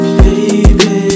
baby